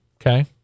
Okay